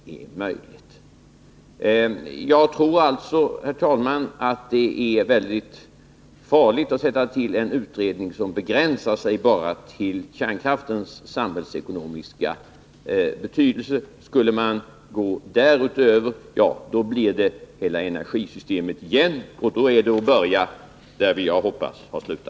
Jag tror alltså, herr talman, att det är mycket farligt att sätta till en utredning som begränsar sig enbart till kärnkraftens samhällsekonomiska betydelse. Skulle man gå därutöver blir det återigen en fråga om hela energisystemet, och då får vi börja där vi hade hoppats få sluta.